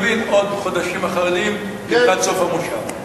בעוד חודשים אחדים, לקראת סוף המושב.